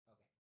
Okay